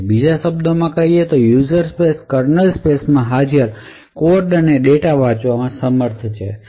બીજા શબ્દોમાં કહીએ તો યુઝર સ્પેસ કર્નલ સ્પેસ માં હાજર કોડ અને ડેટા વાંચવામાં સમર્થ હશે